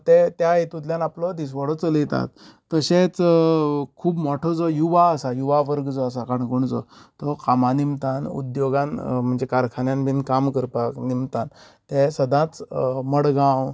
ते त्या हेतूंतल्यान आपलो दिसवडो चलयतात तशेच खूब मोठो जो युवा आसा यपवा वर्ग जो आसा काणकोणचो तो कामा निमतान उद्द्योगान म्हणजे कारखान्यान बीन काम करपाक निमतान ते सदांच मडगांव